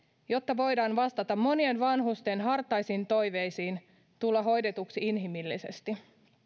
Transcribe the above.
jotta voidaan vastata monien vanhusten hartaisiin toiveisiin tulla hoidetuksi inhimillisesti